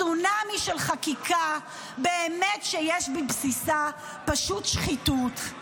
צונאמי של חקיקה שבאמת יש בבסיסה פשוט שחיתות.